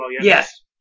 Yes